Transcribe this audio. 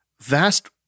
vast